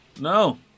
No